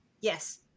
Yes